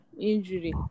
Injury